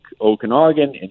Okanagan